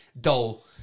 dull